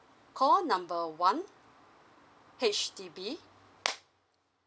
call number one H_D_B